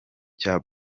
cya